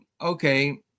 okay